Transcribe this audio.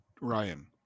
Ryan